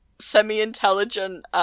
semi-intelligent